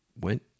went